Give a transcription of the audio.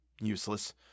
Useless